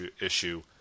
issue